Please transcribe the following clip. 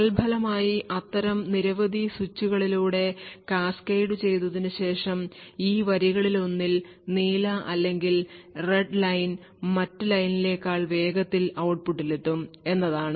തൽഫലമായി അത്തരം നിരവധി സ്വിച്ചുകളിലൂടെ കാസ്കേഡു ചെയ്തതിനുശേഷം ഈ വരികളിലൊന്നിൽ നീല അല്ലെങ്കിൽ റെഡ് ലൈൻ മറ്റ് ലൈനിനേക്കാൾ വേഗത്തിൽ ഔട്ട്പുട്ടിൽ എത്തും എന്നതാണ്